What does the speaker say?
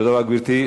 תודה רבה, גברתי.